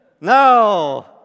No